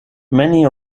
many